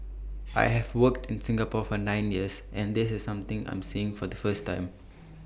I have worked in Singapore for nine years and this is something I'm seeing for the first time